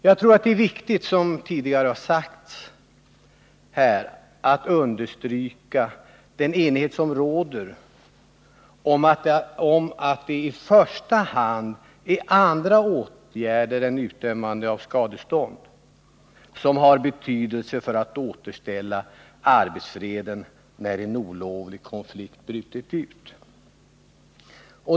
Jag tror att det är viktigt att understryka den enighet som råder om att det i första hand är andra åtgärder än utdömande av skadestånd som har betydelse för att återställa arbetsfreden när en olovlig konflikt brutit ut.